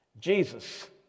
Jesus